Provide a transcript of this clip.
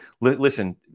listen